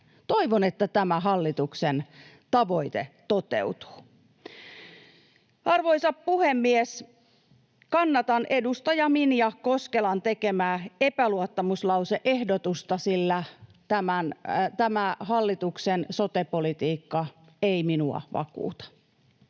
Toivon, että tämä hallituksen tavoite toteutuu. Arvoisa puhemies! Kannatan edustaja Minja Koskelan tekemää epäluottamuslause-ehdotusta, sillä tämä hallituksen sote-politiikka ei minua vakuuta.